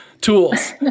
Tools